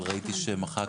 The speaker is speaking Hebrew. אבל ראיתי שמחקתם את הפסקה.